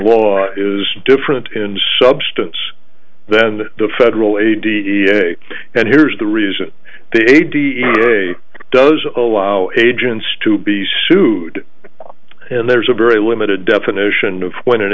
law is different in substance than the federal a d e a and here's the reason they d n a does allow agents to be sued and there's a very limited definition of when an